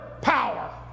power